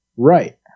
Right